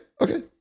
Okay